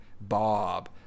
Bob